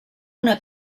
una